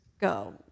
go